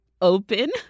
open